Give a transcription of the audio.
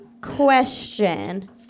question